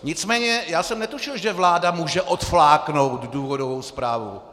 Nicméně já jsem netušil, že vláda může odfláknout důvodovou zprávu.